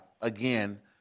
again